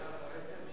אפשר אחרי זה?